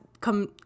come